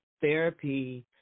therapy